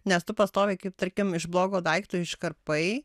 nes tu pastoviai kaip tarkim iš blogo daikto iškarpai